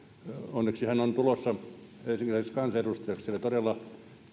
onneksi hän on tulossa helsinkiläiseksi kansanedustajaksi sillä todella